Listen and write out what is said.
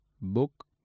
book